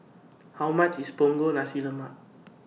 How much IS Punggol Nasi Lemak